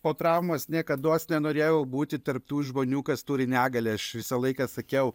po traumos niekados nenorėjau būti tarp tų žmonių kas turi negalią aš visą laiką sakiau